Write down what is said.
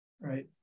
right